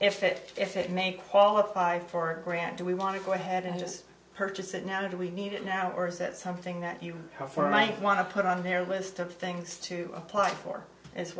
if it if it make qualify for grant do we want to go ahead and just purchase it now do we need it now or is it something that you prefer i want to put on their list of things to apply for